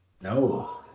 No